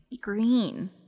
Green